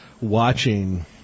watching